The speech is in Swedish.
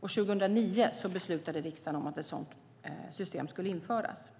År 2009 beslutade riksdagen om att ett sådant system skulle införas.